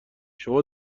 شما